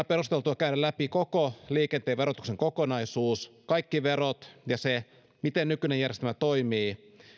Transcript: perusteltua käydä läpi koko liikenteen verotuksen kokonaisuus kaikki verot ja se miten nykyinen järjestelmä toimii